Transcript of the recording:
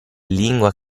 lingua